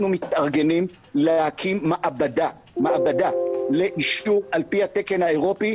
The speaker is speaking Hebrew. מתארגנים להקים מעבדה לאישור על פי התקן האירופי,